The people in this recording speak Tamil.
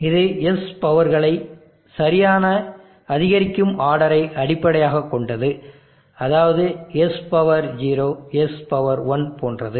இது S பவர்களை சரியான அதிகரிக்கும் ஆர்டரை அடிப்படையாக கொண்டது அதாவது S0 S1 போன்றது